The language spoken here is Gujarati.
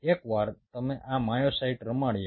તેથી એકવાર અમે આ માયોસાઇટ્સ રમાડ્યા